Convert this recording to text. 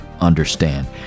understand